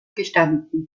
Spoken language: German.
gestanden